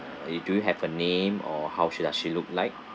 uh you do you have a name or how she does she look like